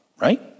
right